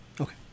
Okay